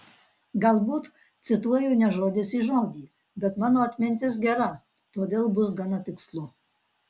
galbūt cituoju ne žodis į žodį bet mano atmintis gera todėl bus gana tikslu